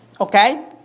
okay